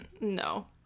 no